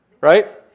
right